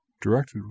directed